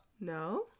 No